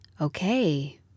okay